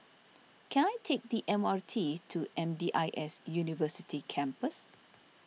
can I take the M R T to M D I S University Campus